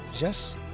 Yes